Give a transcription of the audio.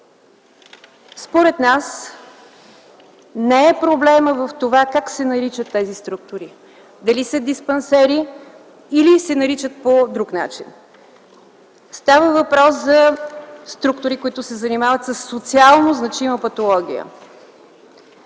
Според нас проблемът не е в това как се наричат структурите – дали са диспансери или ще се наричат по друг начин. Става въпрос за структури, които се занимават със социално значима патология.